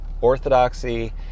orthodoxy